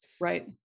right